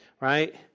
right